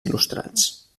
il·lustrats